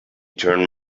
turn